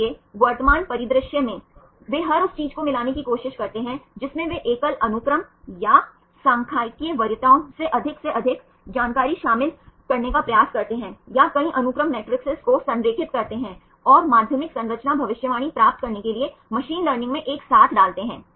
इसलिए वर्तमान परिदृश्य मै वे हर उस चीज़ को मिलाने की कोशिश करते हैं जिसमें वे एकल अनुक्रम या सांख्यिकीय वरीयताओं से अधिक से अधिक जानकारी शामिल करने का प्रयास करते हैं या कई अनुक्रम मैट्रिसेस को संरेखित करते हैं और माध्यमिक संरचना भविष्यवाणी प्राप्त करने के लिए मशीन लर्निंग में एक साथ डालते हैं